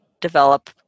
develop